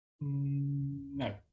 No